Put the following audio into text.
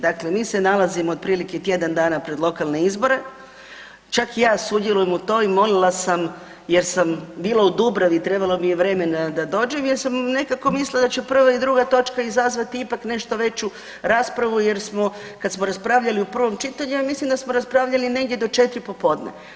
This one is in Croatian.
Dakle, mi se nalazimo otprilike tjedan dana pred lokalne izbore, čak ja sudjelujem u tom i molila sam jer sam jer bila u Dubravi i trebalo mi je vremena da dođem jer sam nekako mislila da će prva i druga točka izazvati ipak nešto veću raspravu jer smo kad smo raspravljali u prvom čitanju ja mislim da smo raspravljali negdje do 4 popodne.